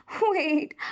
Wait